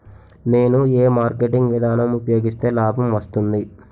నేను ఏ మార్కెటింగ్ విధానం ఉపయోగిస్తే లాభం వస్తుంది?